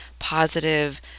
Positive